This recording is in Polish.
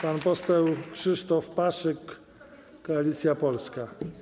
Pan poseł Krzysztof Paszyk, Koalicja Polska.